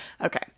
Okay